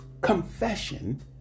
Confession